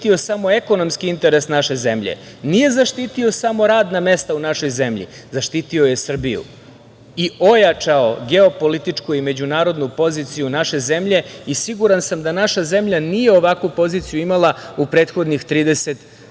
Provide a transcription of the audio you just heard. nije zaštitio samo ekonomski interes naše zemlje, nije zaštitio samo radna mesta u našoj zemlji, zaštitio je Srbiju i ojačao geopolitičku i međunarodnu poziciju naše zemlje. Siguran sam da naša zemlja nije ovakvu poziciju imala u prethodnih 30 ili